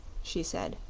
she said.